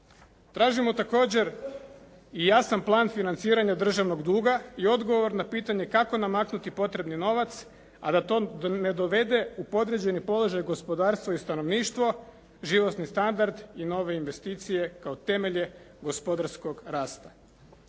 Tražimo također i jasan plan financiranja državnog duga i odgovor na pitanje kako namaknuti potrebni novac a da ne dovede u podređeni položaj gospodarstvo i stanovništvo, životni standard i nove investicije kao temelje gospodarskog rasta.